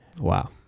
Wow